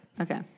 okay